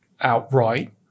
outright